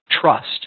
trust